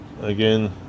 again